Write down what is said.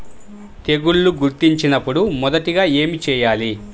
తెగుళ్లు గుర్తించినపుడు మొదటిగా ఏమి చేయాలి?